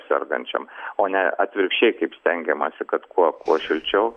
sergančiam o ne atvirkščiai kaip stengiamasi kad kuo kuo šilčiau